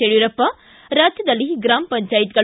ಯಡಿಯೂರಪ್ಪ ರಾಜ್ಯದಲ್ಲಿ ಗ್ರಾಮ ಪಂಚಾಯತ್ಗಳು